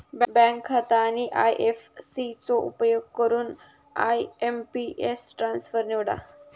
bank खाता आणि IFC चो उपयोग करून आय.एम.पी.एस ट्रान्सफर निवडा